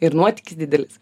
ir nuotykis didelis